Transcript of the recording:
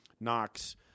Knox